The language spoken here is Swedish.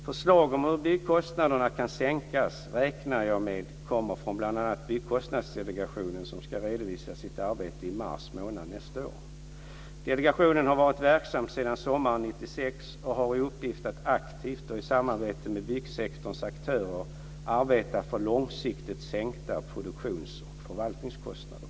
Förslag om hur byggkostnaderna kan sänkas räknar jag med kommer från bl.a. Byggkostnadsdelegationen, som ska redovisa sitt arbete i mars nästa år. Delegationen har varit verksam sedan sommaren 1996 och har i uppgift att aktivt och i samarbete med byggsektorns aktörer arbeta för långsiktigt sänkta produktions och förvaltningskostnader.